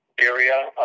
area